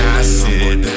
acid